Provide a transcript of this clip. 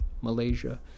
Malaysia